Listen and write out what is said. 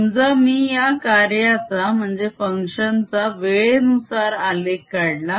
समजा मी या कार्याचा वेळेनुसार आलेख काढला